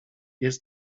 jest